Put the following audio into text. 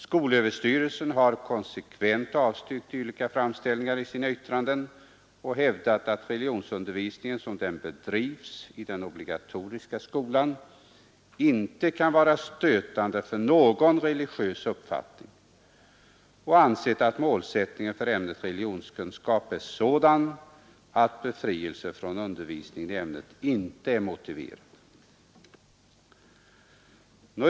Skolöverstyrelsen har konsekvent avstyrkt dylika framställningar i sina yttranden och hävdat att religionsundervisningen som den bedrivs i den obligatoriska skolan inte kan vara stötande för någon religiös uppfattning, och man har ansett att målsättningen för ämnet religionskunskap är sådan att befrielse från undervisningen i ämnet inte är motiverad.